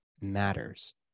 matters